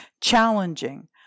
challenging